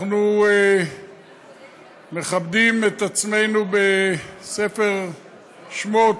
אנחנו מכבדים את עצמנו בספר שמות,